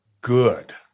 good